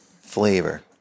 flavor